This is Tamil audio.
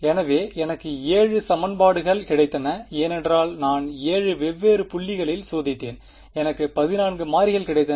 எனவே எனக்கு 7 சமன்பாடுகள் கிடைத்தன ஏனென்றால் நான் 7 வெவ்வேறு புள்ளிகளில் சோதித்தேன் எனக்கு 14 மாறிகள் கிடைத்தன